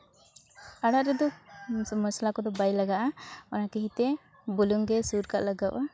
ᱟᱲᱟᱜ ᱨᱮᱫᱚ ᱢᱚᱥᱞᱟ ᱠᱚᱫᱚ ᱵᱟᱭ ᱞᱟᱜᱟᱜᱼᱟ ᱚᱱᱟ ᱠᱷᱟᱹᱛᱤᱨ ᱛᱮ ᱵᱩᱞᱩᱝ ᱜᱮ ᱥᱩᱨ ᱠᱟᱜ ᱞᱟᱜᱟᱣᱟ